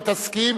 אם תסכים,